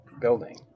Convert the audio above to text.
Building